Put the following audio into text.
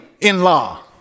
in-law